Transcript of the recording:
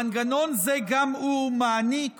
מעניק